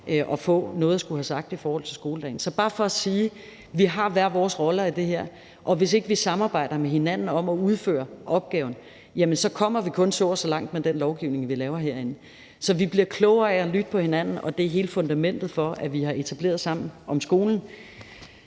at få noget at skulle have sagt i forhold til skoledagen. Så det er bare for at sige, at vi hver har vores roller i det her, og hvis ikke vi samarbejder med hinanden om at udføre opgaven, kommer vi kun så og så langt med den lovgivning, vi laver herinde i. Vi bliver klogere af at lytte til hinanden, og det er hele fundamentet for, at vi har etableret Sammen om skolen.